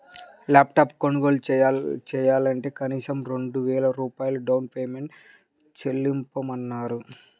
lap top కొనుగోలు చెయ్యాలంటే కనీసం రెండు వేల రూపాయలు డౌన్ పేమెంట్ చెల్లించమన్నారు